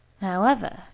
However